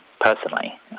personally